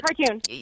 Cartoon